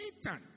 Satan